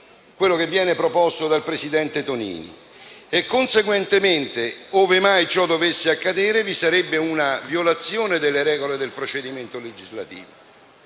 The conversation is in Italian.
formale quanto proposto dal presidente Tonini. Conseguentemente, ove mai ciò dovesse accadere, vi sarebbe una violazione delle regole del procedimento legislativo.